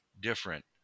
different